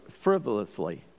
frivolously